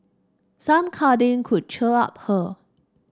some cuddling could cheer her up